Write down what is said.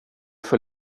för